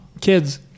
Kids